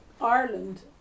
Ireland